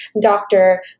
doctor